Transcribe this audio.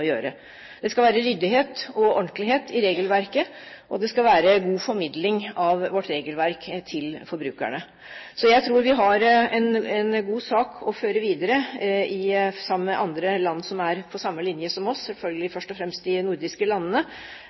gjøre. Det skal være ryddighet og ordentlighet i regelverket, og det skal være en god formidling av vårt regelverk til forbrukerne. Jeg tror vi har en god sak å føre videre, sammen med andre land som er på samme linje som oss, selvfølgelig først og fremst de nordiske landene.